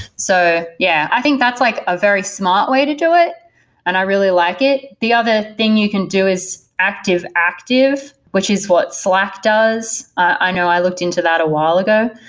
so yeah, i think that's like a very smart way to do it and i really like it. the other thing you can do is active-active, which is what slack does. i know i looked into that a while ago,